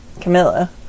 Camilla